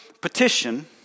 petition